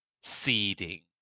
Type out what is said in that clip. seeding